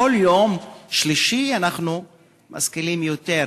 כל יום שלישי אנחנו משכילים יותר.